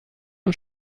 und